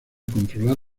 controlar